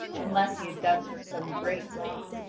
unless he had done her some great wrong.